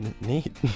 Neat